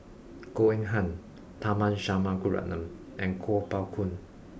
Goh Eng Han Tharman Shanmugaratnam and Kuo Pao Kun